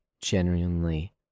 genuinely